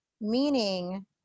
Meaning